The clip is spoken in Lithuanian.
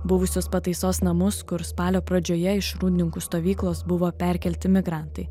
buvusius pataisos namus kur spalio pradžioje iš rūdininkų stovyklos buvo perkelti migrantai